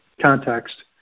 context